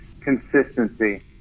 consistency